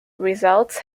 results